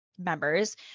members